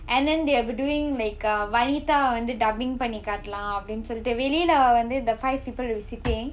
and they will be doing like uh vanitha வந்து:vanthu dubbing பண்ணி காட்டலாம் அப்படின்னு சொல்லிட்டு வெளியில வந்து:panni kaattalaam appadinnu sollittu veliyila vanthu the five people will be sitting